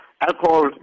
alcohol